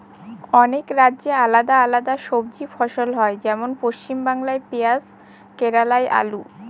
অনেক রাজ্যে আলাদা আলাদা সবজি ফসল হয়, যেমন পশ্চিমবাংলায় পেঁয়াজ কেরালায় আলু